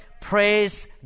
Praise